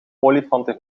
olifanten